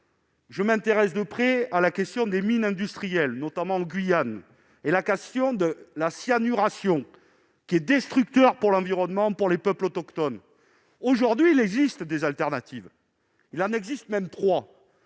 je m'intéresse de près à la question des mines industrielles, notamment en Guyane, et à la cyanuration, qui est destructrice pour l'environnement et les peuples autochtones. Aujourd'hui, il existe des alternatives, il en existe même trois,